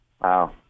Wow